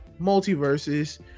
Multiverses